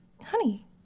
Honey